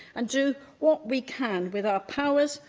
and do what we can with our powers,